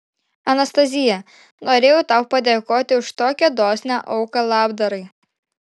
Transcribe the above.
anastazija norėjau tau padėkoti už tokią dosnią auką labdarai